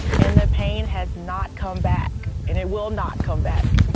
and the pain has not come back, and it will not come back.